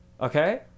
Okay